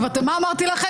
מה אמרתי לכם?